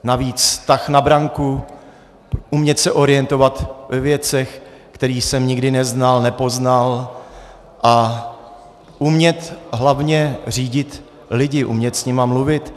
Navíc tah na branku, umět se orientovat ve věcech, které jsem nikdy neznal, nepoznal, a umět hlavně řídit lidi, umět s nimi mluvit.